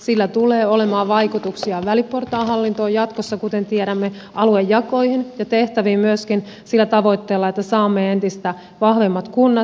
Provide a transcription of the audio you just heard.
sillä tulee olemaan vaikutuksia väliportaan hallintoon jatkossa kuten tiedämme aluejakoihin ja tehtäviin myöskin sillä tavoitteella että saamme entistä vahvemmat kunnat